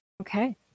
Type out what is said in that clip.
Okay